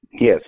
Yes